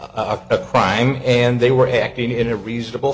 crime and they were acting in a reasonable